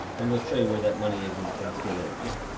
and we'll show you where that money is and in a few minutes. yeah.